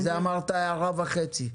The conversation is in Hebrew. אמרת שתאמר הערה וחצי.